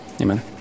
amen